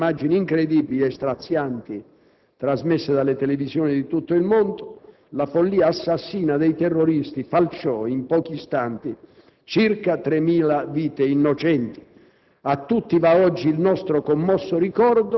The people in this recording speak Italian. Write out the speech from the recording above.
Quel giorno, che ricordiamo bene anche per le immagini incredibili e strazianti trasmesse dalle televisioni di tutto il mondo, la follia assassina dei terroristi falciò in pochi istanti circa 3.000 vite innocenti.